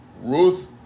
Ruth